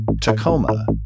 Tacoma